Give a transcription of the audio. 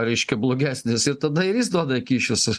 reiškia blogesnis ir tada jis duoda kyšius